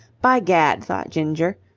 by gad! thought ginger,